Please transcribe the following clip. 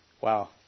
wow